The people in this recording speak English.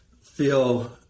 feel